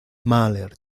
mahler